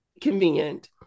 convenient